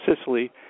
Sicily